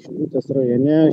šilutės rajone